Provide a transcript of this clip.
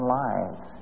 lives